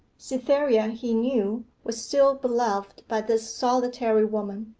cytherea, he knew, was still beloved by this solitary woman.